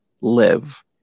live